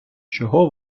чого